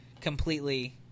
completely